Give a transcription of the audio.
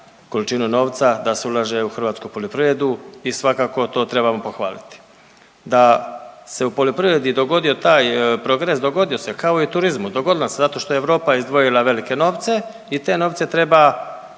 količinu novca da se ulaže u hrvatsku poljoprivredu i svakako to trebamo pohvaliti. Da se u poljoprivredi dogodio taj progres dogodio se kao i u turizmu, dogodilo se zato što je Europa izdvojila velike novce i te novce treba